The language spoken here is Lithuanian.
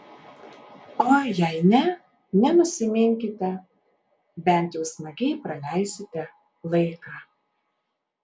o jei ne nenusiminkite bent jau smagiai praleisite laiką